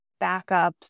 backups